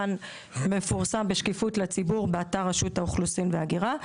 מפורסם בשקיפות לציבור באתר רשות האוכלוסין וההגירה.